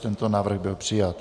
Tento návrh byl přijat.